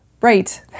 Right